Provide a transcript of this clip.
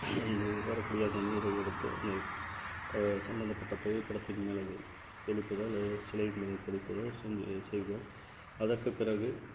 வரக்கூடிய அந்த நீரை எடுத்து அந்த சம்மந்தப்பட்ட புகைப்படத்தின் மேலே தெளிப்பதோ அல்லது ஒரு சிலையின் மீது தெளிப்பதோ செய்வோம் அதற்கு பிறகு